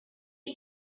பேத